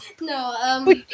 No